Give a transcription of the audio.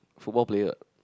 football player